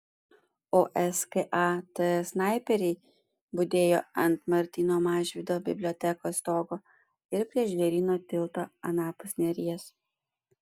o skat snaiperiai budėjo ant martyno mažvydo bibliotekos stogo ir prie žvėryno tilto anapus neries